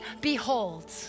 behold